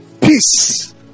peace